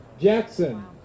Jackson